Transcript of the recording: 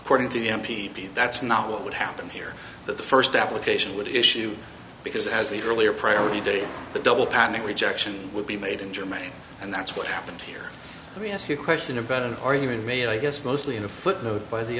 p t that's not what would happen here but the first application would issue because as the earlier priority date the double patterning rejection would be made in germany and that's what happened here let me ask you a question about it or even made i guess mostly in a footnote by the